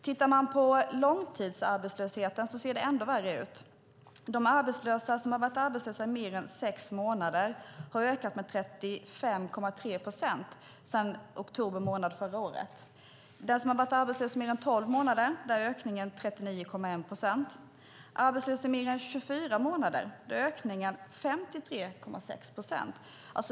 Tittar man på långtidsarbetslösheten ser det ännu värre ut. De arbetslösa som har varit arbetslösa i mer än sex månader har ökat med 35,3 procent sedan oktober månad förra året. För dem som har varit arbetslösa mer än tolv månader är ökningen 39,1 procent. För dem som varit arbetslösa i mer än 24 månader är ökningen 53,6 procent.